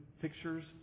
pictures